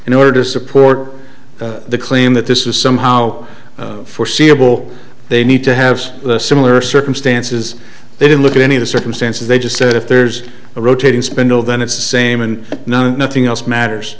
in order to support the claim that this was somehow foreseeable they need to have similar circumstances they didn't look at any of the circumstances they just said if there's a rotating spindle then it's the same and no nothing else matters